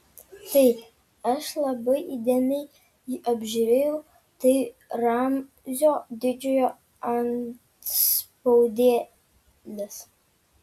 taip aš labai įdėmiai jį apžiūrėjau tai ramzio didžiojo antspaudėlis